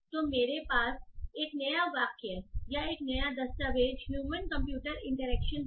तो मेरे पास एक नया वाक्य या एक नया दस्तावेज़ ह्यूमन कंप्यूटर इंटरैक्शन है